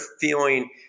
feeling